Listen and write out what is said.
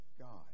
God